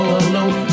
alone